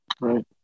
Right